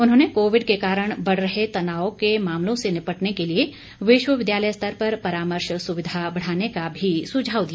उन्होंने कोविड के कारण बढ़ रहे तनाव के मामलों से निपटने के लिए विश्वविद्यालय स्तर पर परामर्श सुविधा बढ़ाने का भी सुझाव दिया